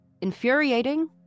infuriating